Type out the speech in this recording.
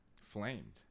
flamed